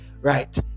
right